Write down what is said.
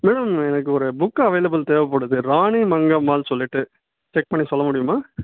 ma'am எனக்கு ஒரு book available தேவைப்படுது ராணி மங்கம்மாள்னு சொல்லிட்டு செக் பண்ணி சொல்ல முடியுமா